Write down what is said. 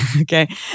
okay